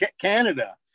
Canada